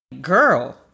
Girl